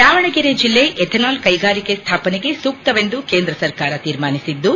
ದಾವಣಗೆರೆ ಜಿಲ್ಲೆ ಎಥೆನಾಲ್ ಕೈಗಾರಿಕೆ ಸ್ಥಾಪನೆಗೆ ಸೂಕ್ತವೆಂದು ಕೇಂದ್ರ ಸರ್ಕಾರ ತೀರ್ಮಾನಿಸಿದ್ದು